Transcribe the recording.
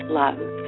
love